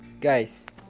guys